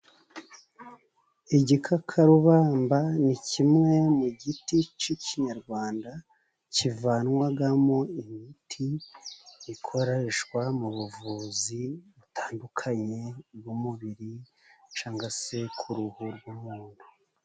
Igikakarubamba ni kimwe mu giti cy'ikinyarwanda kivanwamo imiti ikoreshwa mu buvuzi butandukanye bw'umubiri cyangwa se ku ruhu rw'umuntu.